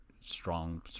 strong